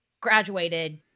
graduated